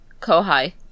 kohai